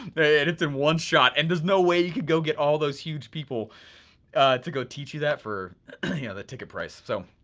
and it's in one shot, and there's no way you can go get all those huge people to go teach you that for yeah the ticket price. so,